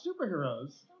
superheroes